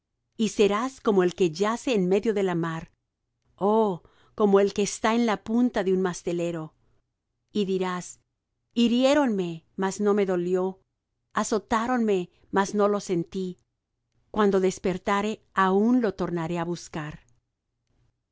y serás como el que yace en medio de la mar o como el que está en la punta de un mastelero y dirás hiriéronme mas no me dolió azotáronme mas no lo sentí cuando despertare aun lo tornaré á buscar